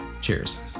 Cheers